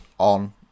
on